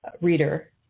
reader